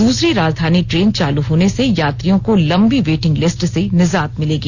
दूसरी राजधानी ट्रेन चालू होने से यात्रियों को लम्बी वेटिंग लिस्ट से निजात मिलेगी